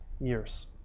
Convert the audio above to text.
years